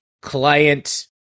client